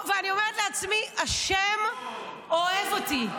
ואני אומרת לעצמי: השם אוהב אותי.